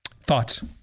Thoughts